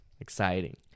exciting